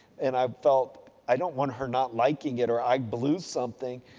and, i felt i don't want her not liking it or i blew something.